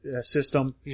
system